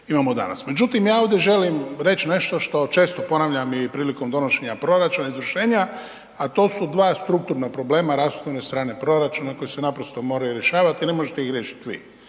Međutim, ja ovdje želim reći nešto što često ponavljam i prilikom donošenja proračuna, izvršenja, a to su dva strukturna problema rashodovne strane proračuna koja se naprosto moraju rješavati ne možete ih riješit vi,